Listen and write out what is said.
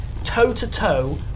toe-to-toe